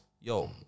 yo